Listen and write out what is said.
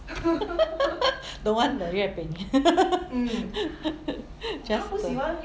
don't want the 月饼 just the